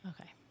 Okay